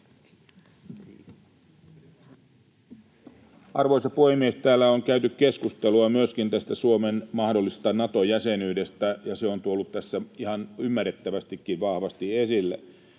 Arvoisa puhemies! Täällä on käyty keskustelua myöskin tästä Suomen mahdollisesta Nato-jäsenyydestä, ja se on tuotu tässä ihan ymmärrettävästikin vahvasti esille.